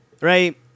Right